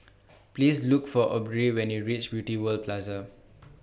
Please Look For Aubrie when YOU REACH Beauty World Plaza